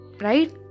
Right